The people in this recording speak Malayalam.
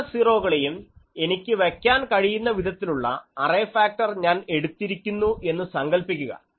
എല്ലാ സീറോകളെയും എനിക്ക് വയ്ക്കാൻ കഴിയുന്ന വിധത്തിലുള്ള അറേ ഫാക്ടർ ഞാൻ എടുത്തിരിക്കുന്നു എന്ന് സങ്കൽപ്പിക്കുക